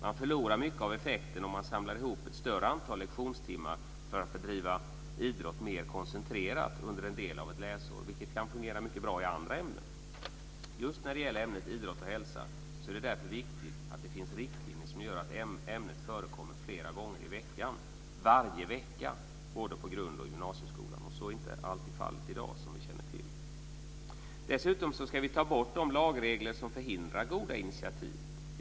Man förlorar mycket av effekten om man samlar ihop ett större antal lektionstimmar för att bedriva idrott mer koncentrerat under en del av ett läsår, vilket kan fungera mycket bra i andra ämnen. Just när det gäller ämnet idrott och hälsa så är det därför viktigt att det finns riktlinjer som gör att ämnet förekommer flera gånger i veckan varje vecka både i grundskolan och i gymnasieskolan. Så är inte alltid fallet i dag, som vi känner till. Dessutom ska vi ta bort de lagregler som förhindrar goda initiativ.